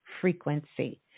frequency